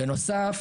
בנוסף